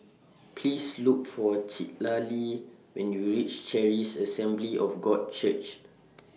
Please Look For Citlali when YOU REACH Charis Assembly of God Church